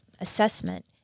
assessment